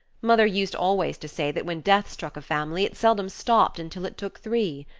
mother used always to say that when death struck a family it seldom stopped until it took three.